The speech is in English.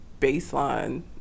baseline